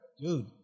dude